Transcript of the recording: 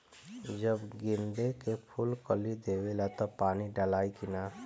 जब गेंदे के फुल कली देवेला तब पानी डालाई कि न?